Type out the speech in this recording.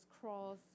Cross